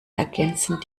ergänzen